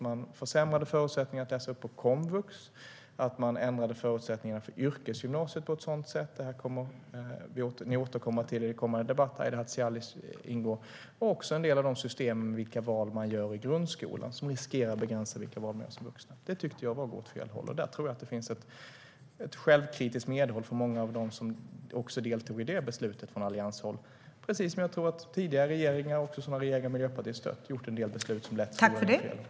Man försämrade förutsättningarna för att läsa på komvux, och man ändrade förutsättningarna för yrkesgymnasiet; den frågan återkommer Aida Hadzialic till. En del av de system som gäller de val man gör i grundskolan riskerar att begränsa valen man gör som vuxen. Det tyckte jag var att gå åt fel håll. Där tror jag att det finns ett självkritiskt medhåll från många av dem som från allianshåll deltog i besluten, precis som jag tror att tidigare regeringar och också miljöpartister har fattat en del beslut som kan göra att det blir fel.